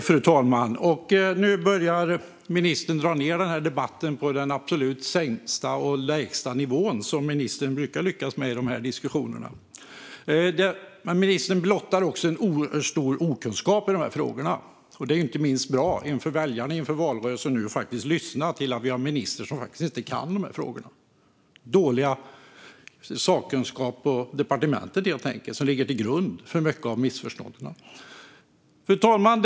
Fru talman! Nu börjar ministern dra ned den här debatten till den absolut sämsta och lägsta nivån, vilket ministern brukar lyckas med i de här diskussionerna. Ministern blottar också en oerhört stor okunskap i dessa frågor. Det är ju bra för väljarna att inför valrörelsen lyssna till att vi har en minister som faktiskt inte kan de här frågorna. Det är helt enkelt dålig sakkunskap på departementet som ligger till grund för mycket av missförstånden. Fru talman!